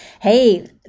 hey